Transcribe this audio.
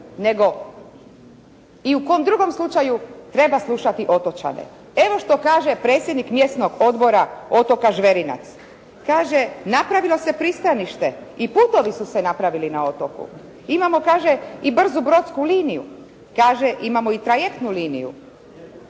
nego i u kom drugom slučaju treba slušati otočane. Evo što kaže predsjednik mjesnog odbora otoka Žverinac. Kaže: «Napravilo se pristanište. I putovi su se napravili na otoku. Imamo» kaže «i brzu brodsku liniju.». Kaže: «Imamo i trajektnu liniju